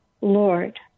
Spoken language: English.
Lord